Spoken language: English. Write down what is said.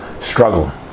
struggle